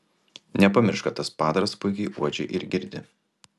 nepamiršk kad tas padaras puikiai uodžia ir girdi